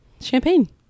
champagne